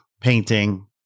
painting